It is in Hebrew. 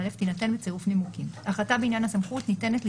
קבע.